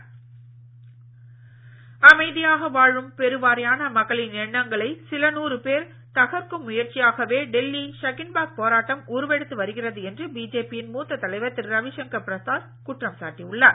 ரவிசங்கர் பிரசாத் அமைதியாக வாழும் பெருவாரியான மக்களின் எண்ணங்களை சில நூறு பேர் தகர்க்கும் முயற்சியாகவே டெல்லி ஷகின்பாக் போராட்டம் உருவெடுத்து வருகிறது என பிஜேபியின் மூத்த தலைவர் திரு ரவிசங்கர் பிரசாத் குற்றம் சாட்டி உள்ளார்